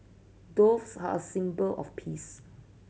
doves are a symbol of peace